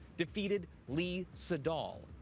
defeated lee sedol,